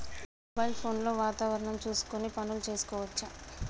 Mobile phone లో వాతావరణం చూసుకొని పనులు చేసుకోవచ్చా?